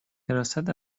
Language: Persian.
حراست